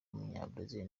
w’umunyabrazil